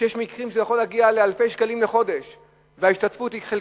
שיש מקרים שזה יכול להגיע לאלפי שקלים בחודש וההשתתפות היא חלקית.